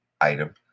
item